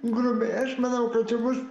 grubiai aš manau kad čia bus